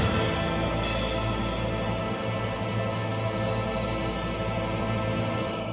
ah